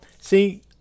see